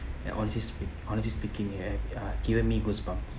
and honestly speak~ honestly speaking it have uh given me goosebumps